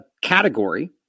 category